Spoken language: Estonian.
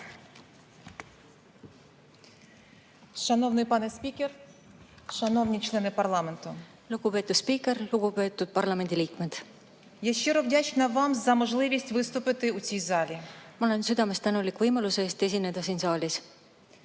Ma olen südamest tänulik võimaluse eest esineda siin saalis.